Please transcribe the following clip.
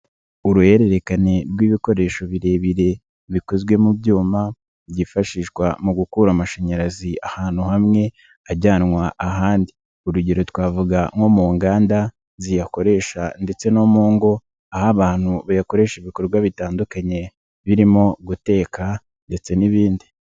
Uruhererekane rw'ibikoresho birebire bikozwe mu byuma, byifashishwa mu gukura amashanyarazi ahantu hamwe ajyanwa ahandi. Urugero twavuga nko mu inganda ziyakoresha ndetse no mu ingo aho abantu bayakoresha ibikorwa bitandukanye birimo guteka ndetse n'ibindi.